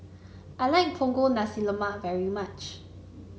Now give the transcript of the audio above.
I like Punggol Nasi Lemak very much